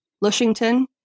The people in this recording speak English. Lushington